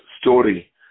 story